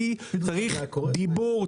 כי צריך דיבור,